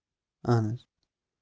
اَہن حظ